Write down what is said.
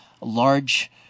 large